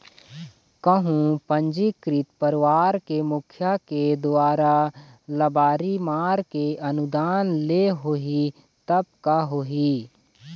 कहूँ पंजीकृत परवार के मुखिया के दुवारा लबारी मार के अनुदान ले होही तब का होही?